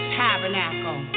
tabernacle